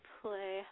play